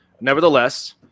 Nevertheless